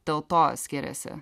dėl to skiriasi